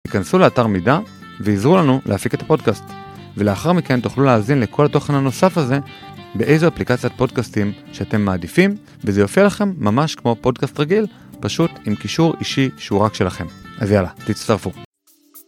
היכנסו לאתר מידע ועזרו לנו להפיק את הפודקאסט ולאחר מכן תוכלו להאזין לכל התוכן הנוסף הזה באיזו אפליקציית פודקאסטים שאתם מעדיפים וזה יופיע לכם ממש כמו פודקאסט רגיל פשוט עם קישור אישי שהוא רק שלכם. אז יאללה, תצטרפו!